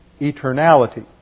eternality